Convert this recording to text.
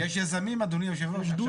יש יזמים אדוני היושב ראש.